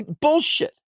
bullshit